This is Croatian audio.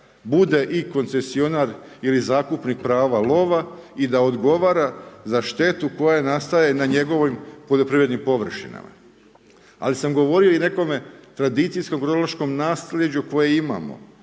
bude i koncesionar ili zakupnik prava lova. I da odgovara za štetu koja nastaje na njegovim poljoprivrednim površinama. Ali govorio sam o nekom tradicijskom kronološkom nasljeđu koje imamo.